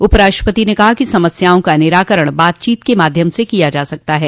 उपराष्ट्रपति ने कहा कि समस्याओं का निराकरण बातचीत के माध्यम से किया जा सकता है